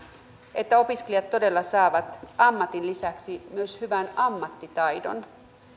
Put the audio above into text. että opiskelijat todella saavat ammatin lisäksi myös hyvän ammattitaidon